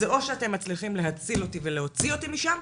זה או שאתם מצליחים להציל אותי ולהוציא אותי משם,